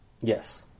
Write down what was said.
yes